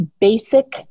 Basic